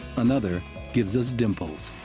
another gives us dimples.